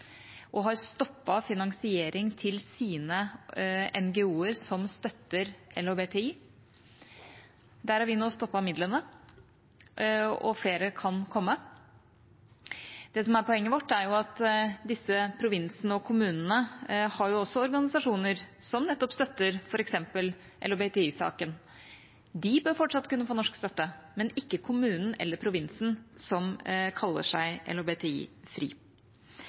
har erklært seg som en LHBTI-ideologifri sone og stoppet finansiering til sine NGO-er som støtter LHBTI. Der har vi nå stoppet midlene. Og flere kan komme. Det som er poenget vårt, er at disse provinsene og kommunene også har organisasjoner som støtter f.eks. LHBTI-saken. De bør fortsatt kunne få norsk støtte, men ikke kommunen eller provinsen som kaller seg